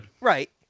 Right